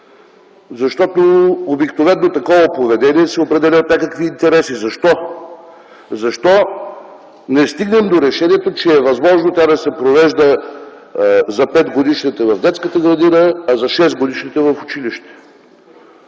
Защото обикновено такова поведение се определя от някакви интереси. Защо не стигнем до решението, че е възможно тя да се провежда за 5-годишните в детската градина, а за 6-годишните в училище?